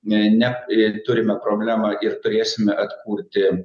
ne ne ir turime problemą ir turėsime atkurti